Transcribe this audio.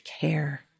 care